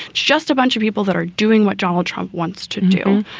just a bunch of people that are doing what donald trump wants to do.